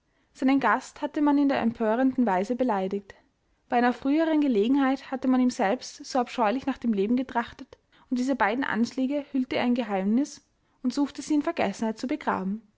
seinen gast hatte man in der empörendsten weise beleidigt bei einer früheren gelegenheit hatte man ihm selbst so abscheulich nach dem leben getrachtet und diese beiden anschläge hüllte er in geheimnis und suchte sie in vergessen zu begraben